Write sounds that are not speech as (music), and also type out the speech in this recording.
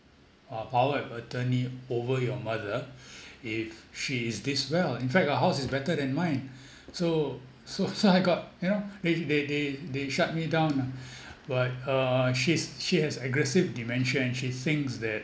uh power of attorney over your mother (breath) if she is this well in fact her house is better than mine (breath) so so so I got you know they they they they shut me down lah but uh she's she has aggressive dementia and she thinks that